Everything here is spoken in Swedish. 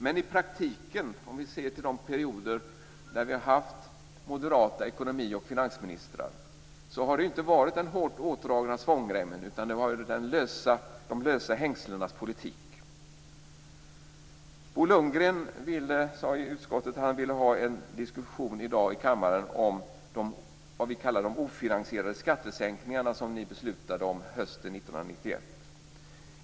Men i praktiken, sett till de perioder då vi har haft moderata ekonomi och finansministrar, har det inte varit den hårt åtdragna svångremmen utan de lösa hängslenas politik. Bo Lundgren sade i utskottet att han i dag ville ha en diskussion i kammaren om det vi kallar de ofinansierade skattesänkningar som ni beslutade om hösten 1991.